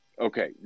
Okay